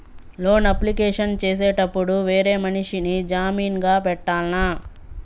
Loan application చేసేటప్పుడు వేరే మనిషిని జామీన్ గా పెట్టాల్నా?